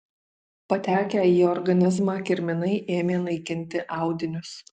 patekę į organizmą kirminai ėmė naikinti audinius